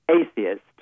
atheist